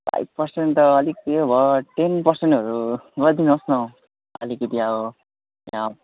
five percent त अलिक ऊ यो भयो टेन पर्सेन्टहरू गरिदिनुहोस् न हौ अलिकति अब यहाँ